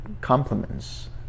compliments